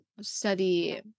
study